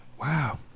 Wow